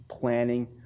planning